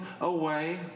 away